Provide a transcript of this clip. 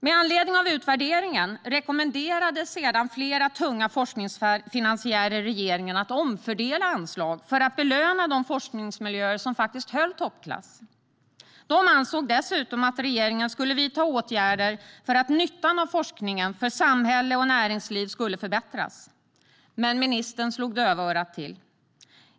Med anledning av utvärderingen rekommenderade sedan flera tunga forskningsfinansiärer regeringen att omfördela anslag för att belöna de forskningsmiljöer som höll toppklass. De ansåg dessutom att regeringen skulle vidta åtgärder för att nyttan av forskningen för samhälle och näringsliv skulle förbättras. Men ministern slog dövörat till.